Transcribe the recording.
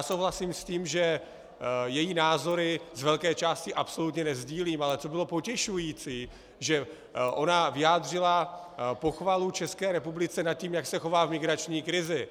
Souhlasím s tím, že její názory z velké části absolutně nesdílím, ale co bylo potěšující, že vyjádřila pochvalu České republice nad tím, jak se chová v migrační krizi.